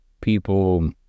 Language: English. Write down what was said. people